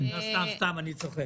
סתם, אני צוחק.